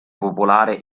popolare